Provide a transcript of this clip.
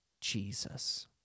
Jesus